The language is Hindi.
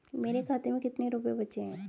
मेरे खाते में कितने रुपये बचे हैं?